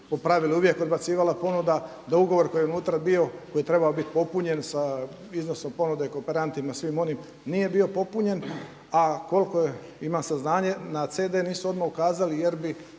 uvijek odbacivala ponuda da ugovor koji je unutra bio koji treba biti popunjen sa iznosom ponude kooperantima svim onim nije bio popunjen, a koliko imam saznanje na CD nisu odmah ukazali jer bi